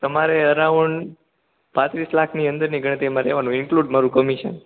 તમારે અરાઉંડ પાંત્રીસ લાખની અંદરની ગણતરીમાં રેહવાનું ઇન્ક્લુડ મારુ કમિશન